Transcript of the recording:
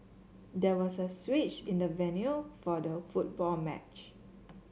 there was a switch in the venue for the football match